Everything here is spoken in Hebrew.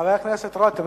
חבר הכנסת רותם,